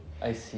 I see